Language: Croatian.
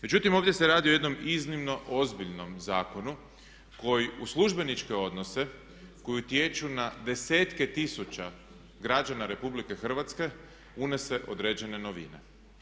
Međutim, ovdje se radi o jednom iznimno ozbiljnom zakonu koji u službeničke odnose koji utječu na desetke tisuća građana RH unese određene novine.